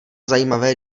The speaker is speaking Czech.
zajímavé